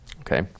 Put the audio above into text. Okay